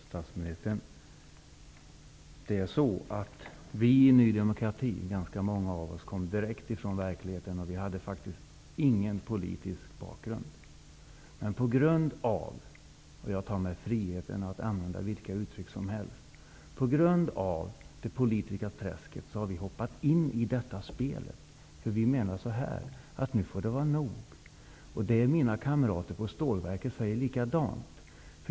Fru talman! Herr statsminister! Vi i Ny demokrati kom direkt från verkligheten. Vi hade ingen politisk bakgrund. Men på grund av -- jag tar mig friheten att använda vilka uttryck som helst -- det politiska träsket har vi hoppat in i detta spel. Vi menar att det nu får vara nog. Mina kamrater i stålverket säger likadant.